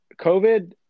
COVID